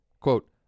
quote